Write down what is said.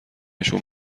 شون